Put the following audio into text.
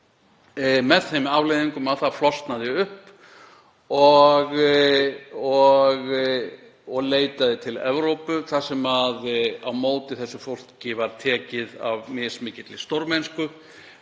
með þeim afleiðingum að það flosnaði upp og leitaði til Evrópu þar sem á móti því var tekið af mismikilli stórmennsku,